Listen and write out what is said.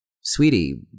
Sweetie